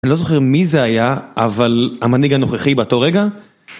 אני לא זוכר מי זה היה, אבל המנהיג הנוכחי באותו רגע...